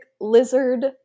lizard